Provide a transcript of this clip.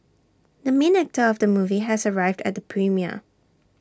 the main actor of the movie has arrived at the premiere